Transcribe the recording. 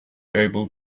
able